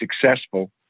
successful